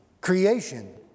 Creation